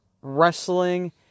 wrestling